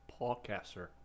podcaster